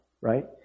right